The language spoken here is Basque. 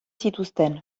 zituzten